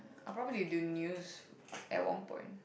ah probably they do news at one point